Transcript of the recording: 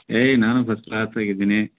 ಏಯ್ ನಾನು first class ಆಗಿದ್ದೀನಿ